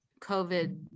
covid